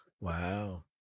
wow